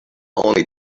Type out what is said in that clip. only